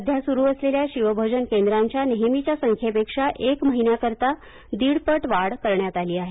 सध्या सुरु असलेल्या शिवभोजन केंद्रांच्या नेहमीच्या संख्येपेक्षा एक महिन्याकरिता दीड पट वाढ करण्यात आली आहे